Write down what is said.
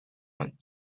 want